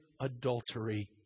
adultery